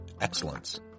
Excellence